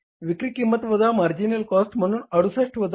विक्री किंमत वजा मार्जिनल कॉस्ट म्हणून 68 वजा 34